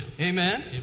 Amen